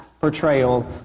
portrayal